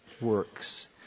works